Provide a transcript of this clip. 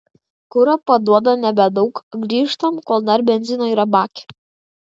kuro paduoda nebedaug grįžtam kol dar benzino yra bake